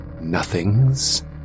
nothings